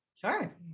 Sure